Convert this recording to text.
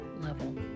level